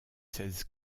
seize